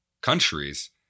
countries